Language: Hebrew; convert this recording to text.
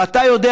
ואתה יודע,